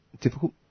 difficult